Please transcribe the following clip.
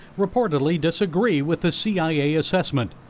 reportedly disagree with the c i a. assessment.